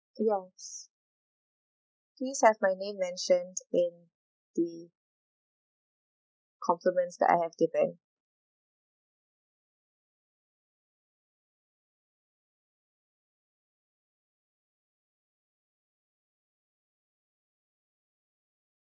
yes please have my name mentioned in the compliments that I've demand